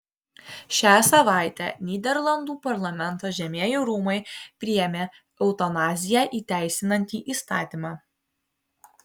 šią savaitę nyderlandų parlamento žemieji rūmai priėmė eutanaziją įteisinantį įstatymą